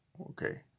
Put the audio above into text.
Okay